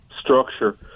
structure